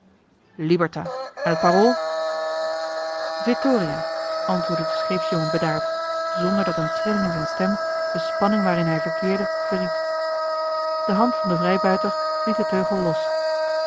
t parool vittoria antwoordde de scheepsjongen bedaard zonder dat een trilling in zijn stem de spanning waarin hij verkeerde verried de hand van den vrijbuiter liet den teugel los